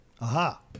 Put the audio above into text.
Aha